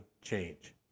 change